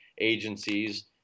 agencies